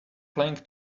playing